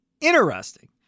Interesting